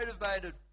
motivated